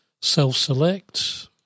self-select